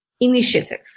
initiative